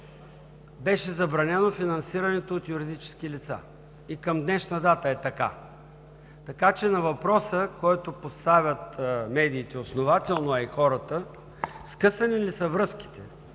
беше забранено финансирането от юридически лица. И към днешна дата е така. Така че на въпроса, който поставят основателно медиите, а и хората: скъсани ли са връзките?